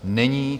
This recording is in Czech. Není.